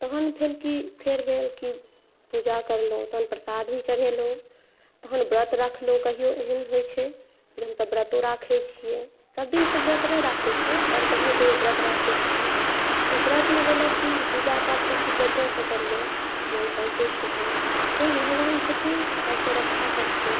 तहन फेर की फेर भेल की पूजा करलहुँ तहन प्रसाद भी चढ़ेलहुँ तहन व्रत राखलहुँ कहियो एहन होइ छै जे हमसभ व्रतों राखै छियै सभ दिन तऽ व्रत नहि राखै छियै पर कहियो कहियो व्रत राखै छियै तऽ व्रतमे केलहुँ की पूजा पाठसभ किछु बढ़िआँसॅं करलहुँ तऽ मन संतुष्ट भेल सूर्य भगवान छथिन सभके रक्षा करथिन